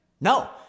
No